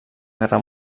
guerra